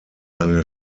eine